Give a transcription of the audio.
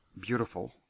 beautiful